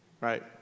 Right